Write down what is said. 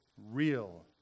real